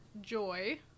joy